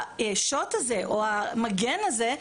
השוט הזה או המגן הזה,